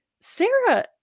Sarah